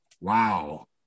wow